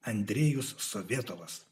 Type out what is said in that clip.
andrejus sovietovas